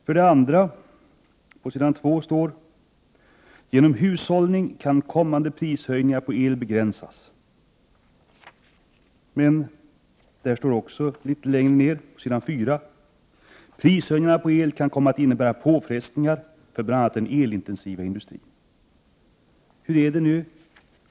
För det andra säger statsrådet: ”Genom hushållning kan kommande prishöjningar på el begränsas —-—--.” Litet senare i svaret sägs: ”De kommande prishöjningarna på el kan innebära påfrestningar för bl.a. den elintensiva industrin ———.” Hur är det?